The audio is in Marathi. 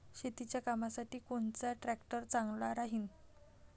शेतीच्या कामासाठी कोनचा ट्रॅक्टर चांगला राहीन?